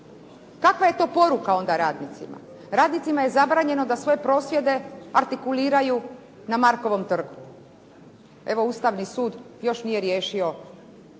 Kakva je to poruka onda radnicima? Radnicima je zabranjeno da svoje prosvjede artikuliraju na Markovom trgu. Evo Ustavni sud još nije riješio